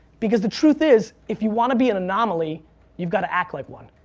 because the truth is, if you wanna be an anomaly you've gotta act like one.